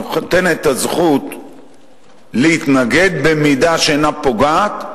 נותן את הזכות להתנגד במידה שאינה פוגעת.